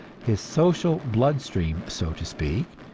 his social blood-stream, so to speak,